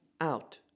out